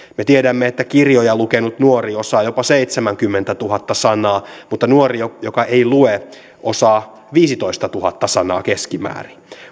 me tiedämme että kirjoja lukenut nuori osaa jopa seitsemänkymmentätuhatta sanaa mutta nuori joka ei lue osaa viisitoistatuhatta sanaa keskimäärin